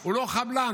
תודה.